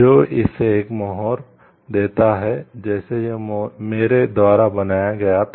जो इसे एक मोहर देता है जैसे यह मेरे द्वारा बनाया गया था